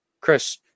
Chris